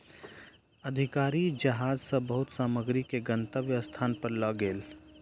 अधिकारी जहाज सॅ बहुत सामग्री के गंतव्य स्थान पर लअ गेल